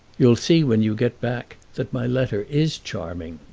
you'll see when you get back that my letter is charming.